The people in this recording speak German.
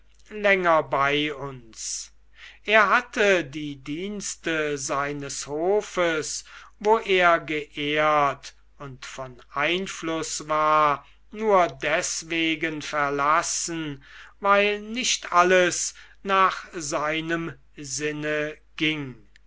länger bei uns er hatte die dienste seines hofes wo er geehrt und von einfluß war nur deswegen verlassen weil nicht alles nach seinem sinne ging